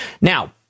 Now